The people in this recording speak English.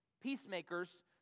Peacemakers